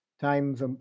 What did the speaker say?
times